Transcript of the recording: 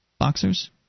Boxers